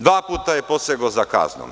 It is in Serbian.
Dva puta je posegao za kaznom.